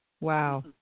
Wow